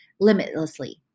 limitlessly